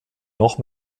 noch